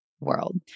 world